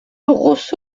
rosso